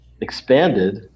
expanded